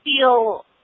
feel